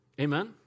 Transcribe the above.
Amen